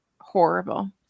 horrible